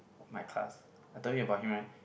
my class I told you about him right